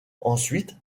ensuite